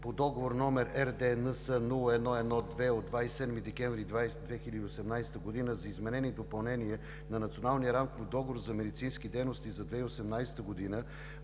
по Договор № РД-НС-01-12 от 27 декември 2018 г. за изменение и допълнение на Националния рамков договор за медицински дейности за 2018 г.,